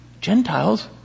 Gentiles